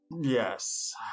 Yes